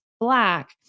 black